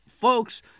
folks